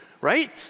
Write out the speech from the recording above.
right